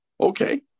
Okay